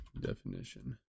definition